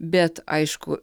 bet aišku